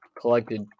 collected